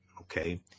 okay